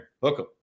Welcome